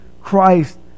Christ